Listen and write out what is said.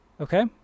Okay